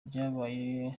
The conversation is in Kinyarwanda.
byabaye